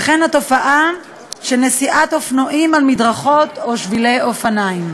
וכן התופעה של נסיעת אופנועים על מדרכות או שבילי אופניים.